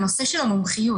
בנושא של המומחיות.